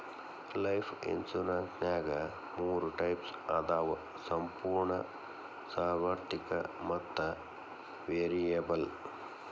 life ಇನ್ಸುರೆನ್ಸ್ನ್ಯಾಗ ಮೂರ types ಅದಾವ ಸಂಪೂರ್ಣ ಸಾರ್ವತ್ರಿಕ ಮತ್ತ ವೇರಿಯಬಲ್